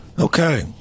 Okay